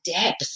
depth